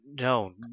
no